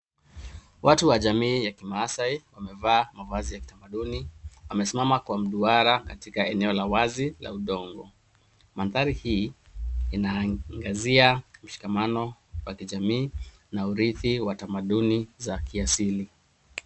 Watu wa jamii ya kimaadai wamevaa mavazi ya kitamaduni. Wamesimama kwa mduara katika eneo la wazi na udongo. Mandhari hii inaangazia mshikamano wa jamii na urithi wa tamaduni za kiasili.